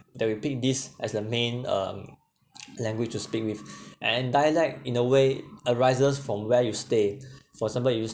they re-pick this as the main um language to speak with and dialect in a way arises from where you stay for example you